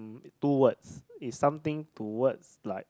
two words is something towards like